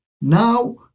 Now